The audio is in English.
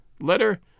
letter